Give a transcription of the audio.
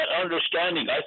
understanding